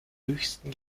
höchsten